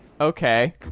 okay